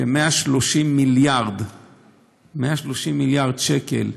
כ-130 מיליארד שקל,